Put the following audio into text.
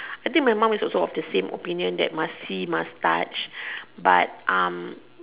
I think my mum is also of the same opinion that must see must touch but um